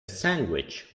sandwich